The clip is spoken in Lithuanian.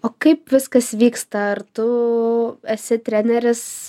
o kaip viskas vyksta ar tu esi treneris